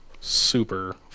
super